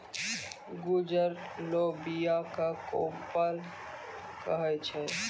गजुरलो बीया क कोपल कहै छै